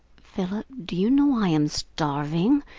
philip, do you know i am starving?